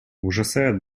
ужасает